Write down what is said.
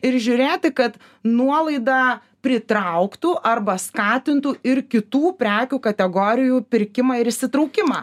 ir žiūrėti kad nuolaida pritrauktų arba skatintų ir kitų prekių kategorijų pirkimą ir įsitraukimą